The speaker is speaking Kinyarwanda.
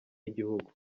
y’igihugu